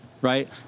right